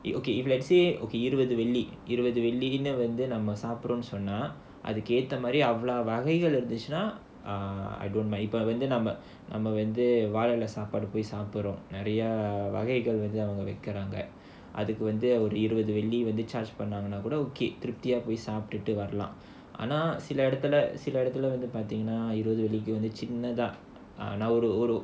okay if let's say இருபது வெள்ளி இருபது வெள்ளிக்கு நம்ம சாப்பிடறோம்னு சொன்னா அதுக்கேத்த வகைகள் இருந்துச்சுன்னா:irubathu velli irubathu vellikku namma saapdromnu sonna adhuketha vagaigal irunthuchunaa I don't mind இப்போ வந்து நாம வாழை இலைல போய் சாப்பிடறோம் நிறைய வகைகள் வைக்குறாங்க அதுக்கு வந்து இருபது வெள்ளிகள் பண்றாங்கன்னா திருப்தியா போய் சாப்டுட்டு வரலாம் ஆனா சில இடத்துல சில இடத்துல வந்து பார்த்தீங்கன்னா இருபது வெள்ளிக்கு சின்னதா:ippo vandhu namma vaalai ilaila saapdrom niraiya vagaigal vaikkuraanga adhuku vandhu irubathu velligal pandraanganaa thirupthiyaa poyi saapttu varalaam aanaa sila idathula vandhu paartheenganaa irubathu vellikku chinnathaa